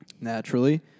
Naturally